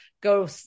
go